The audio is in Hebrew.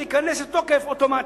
זה ייכנס לתוקף אוטומטי.